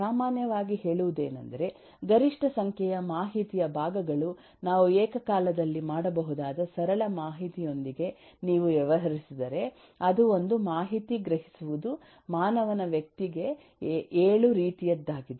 ಸಾಮಾನ್ಯವಾಗಿ ಹೇಳುವುದೇನೆಂದರೆ ಗರಿಷ್ಠ ಸಂಖ್ಯೆಯ ಮಾಹಿತಿಯ ಭಾಗಗಳು ನಾವು ಏಕಕಾಲದಲ್ಲಿ ಮಾಡಬಹುದಾದ ಸರಳ ಮಾಹಿತಿಯೊಂದಿಗೆ ನೀವು ವ್ಯವಹರಿಸಿದರೆ ಅದು ಒಂದು ಮಾಹಿತಿ ಗ್ರಹಿಸುವುದು ಮಾನವನ ವ್ಯಕ್ತಿಗೆ 7 ರೀತಿಯದ್ದಾಗಿದೆ